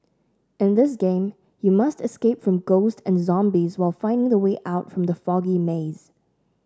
in this game you must escape from ghosts and zombies while finding the way out from the foggy maze